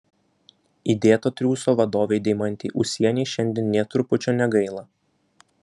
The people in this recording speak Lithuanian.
įdėto triūso vadovei deimantei ūsienei šiandien nė trupučio negaila